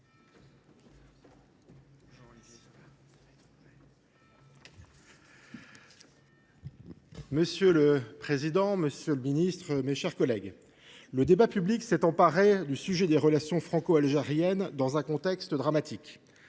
Monsieur le président, monsieur le ministre, mes chers collègues, le débat public s’est emparé du sujet des relations franco algériennes dans un contexte dramatique.